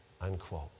unquote